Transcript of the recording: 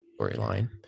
storyline